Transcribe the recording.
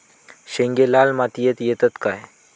शेंगे लाल मातीयेत येतत काय?